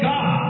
God